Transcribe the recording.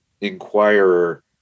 Inquirer